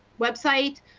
website,